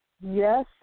Yes